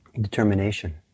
determination